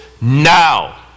now